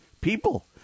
People